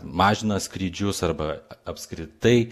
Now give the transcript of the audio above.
mažina skrydžius arba apskritai